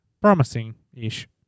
Promising-ish